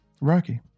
Rocky